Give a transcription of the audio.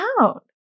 out